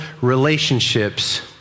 relationships